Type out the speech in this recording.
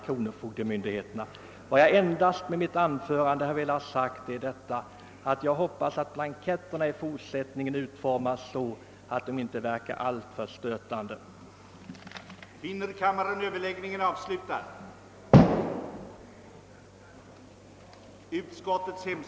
Jag har endast med mitt anförande velat uttala en förhoppning att blanketterna i fortsättningen utformas så, att de inte verkar alltför stötande, för att därmed undvika onödig irritation.